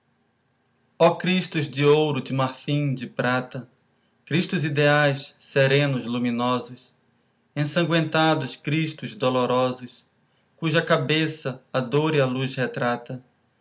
ó cristos de ouro de marfim de prata cristos ideais serenos luminosos ensangüentados cristos dolorosos cuja cabeça a dor e a luz retrata